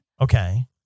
Okay